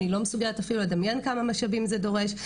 אני לא מסוגלת אפילו לדמיין כמה משאבים זה דורש,